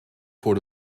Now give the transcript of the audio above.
voor